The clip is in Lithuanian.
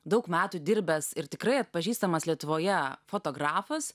daug metų dirbęs ir tikrai atpažįstamas lietuvoje fotografas